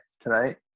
tonight